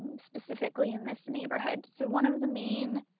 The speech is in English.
specifically in this neighborhood. so one of the main,